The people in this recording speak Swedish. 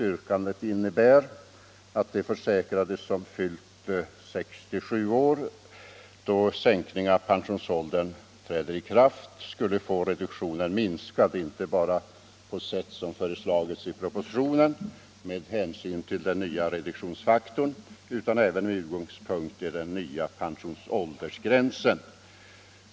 Yrkandet innebär att försäkrade som fyllt 67 år när reglerna om sänkning av pensionsåldern träder i kraft skulle få reduktionen minskad, inte bara på sätt som föreslagits i propositionen med hänsyn till den nya reduktionsfaktorn utan även med utgångspunkt i den nya pensionsåldersgränsen.